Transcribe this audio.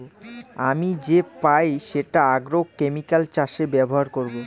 আমি যে পাই সেটা আগ্রোকেমিকাল চাষে ব্যবহার করবো